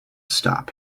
stop